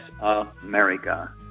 America